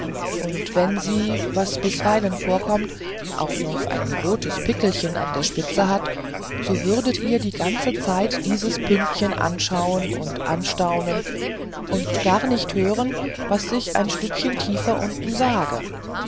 und wenn sie was bisweilen vorkommt auch noch ein rotes pickelchen an der spitze hat so würdet ihr die ganze zeit dieses pünktchen anschauen und anstaunen und gar nicht hören was ich ein stückchen tiefer unten sage